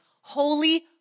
holy